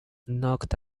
knocked